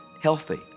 healthy